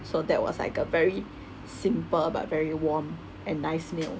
so that was like a very simple but very warm and nice meal